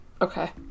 Okay